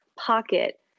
pocket